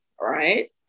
right